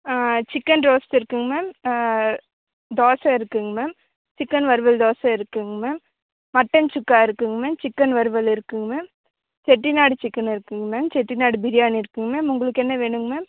chicken roast இருக்குதுங்க ma'am dosa இருக்குதுங்க ma'am chicken வறுவல் தோசை இருக்குதுங்க மேம் மட்டன் சுக்கா இருக்குதுங்க மேம் சிக்கன் வறுவல் இருக்குதுங்க மேம் செட்டிநாடு சிக்கன் இருக்குதுங்க மேம் செட்டிநாடு பிரியாணி இருக்குதுங்க மேம் உங்களுக்கு என்ன வேணுங்க மேம்